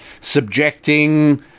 subjecting